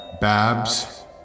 Babs